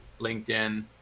LinkedIn